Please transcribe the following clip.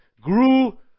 grew